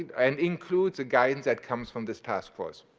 and includes a guidance that comes from this task force.